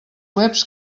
webs